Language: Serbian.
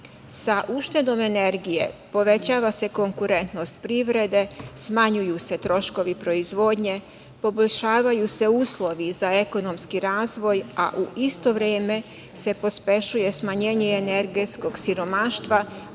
uštedom energije povećava se konkurentnost privrede, smanjuju se troškovi proizvodnje, poboljšavaju se uslovi za ekonomski razvoj, a u isto vreme se pospešuje smanjenje energetskog siromaštva,